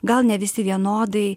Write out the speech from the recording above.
gal ne visi vienodai